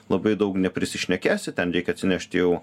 labai daug neprisišnekėsi ten reikia atsinešti jau